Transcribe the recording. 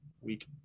week